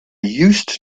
used